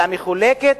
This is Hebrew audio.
אלא מחולקת,